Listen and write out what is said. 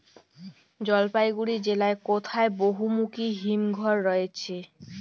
জলপাইগুড়ি জেলায় কোথায় বহুমুখী হিমঘর রয়েছে?